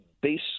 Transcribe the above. base